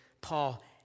Paul